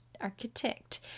architect